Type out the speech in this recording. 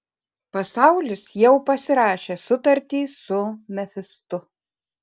pasaulis jau pasirašė sutartį su mefistu